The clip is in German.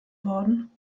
worden